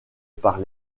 par